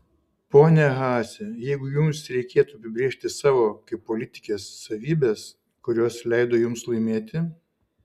ponia haase jeigu jums reikėtų apibrėžti savo kaip politikės savybes kurios leido jums laimėti